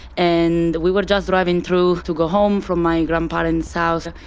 and we were just driving through to go home from my grandparents' house,